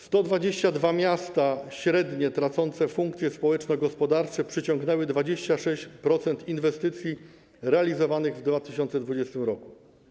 122 miasta średnie, tracące funkcje społeczno-gospodarcze, przyciągnęły 26% inwestycji realizowanych w 2020 r.